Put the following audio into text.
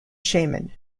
shaman